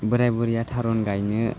बोराइ बुरैया थारुन गायनो